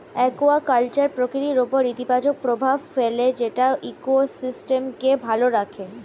aquaculture প্রকৃতির উপর ইতিবাচক প্রভাব ফেলে যেটা ইকোসিস্টেমকে ভালো রাখে